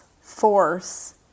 force